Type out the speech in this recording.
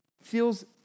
feels